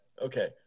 Okay